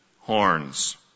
horns